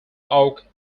oak